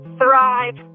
Thrive